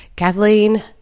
kathleen